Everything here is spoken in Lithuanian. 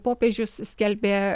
popiežius skelbė